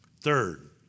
Third